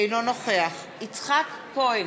אינו נוכח יצחק כהן,